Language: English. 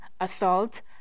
assault